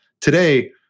today